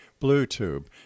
Bluetooth